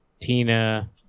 Tina